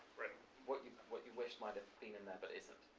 what you what you wish might have been in there but isn't?